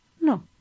No